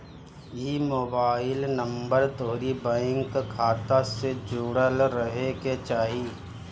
इ mobile number तोहरी bank खाता से जुड़ल रहे के चाही